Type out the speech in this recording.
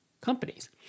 companies